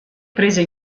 prese